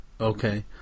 Okay